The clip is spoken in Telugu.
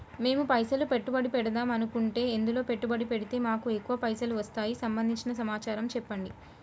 మేము పైసలు పెట్టుబడి పెడదాం అనుకుంటే ఎందులో పెట్టుబడి పెడితే మాకు ఎక్కువ పైసలు వస్తాయి సంబంధించిన సమాచారం చెప్పండి?